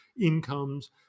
incomes